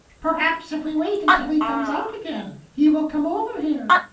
perhaps if we wait until he comes out again, he will come over here,